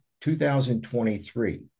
2023